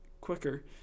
quicker